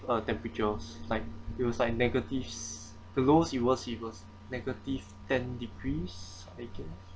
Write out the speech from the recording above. uh temperatures like it was like negatives the lowest it was it was negative ten degrees I guess